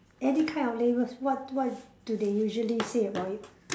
any kind of labels what what do they usually say about you